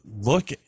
look